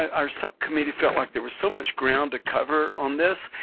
our subcommittee felt like there was so much ground to cover on this.